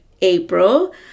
April